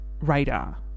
radar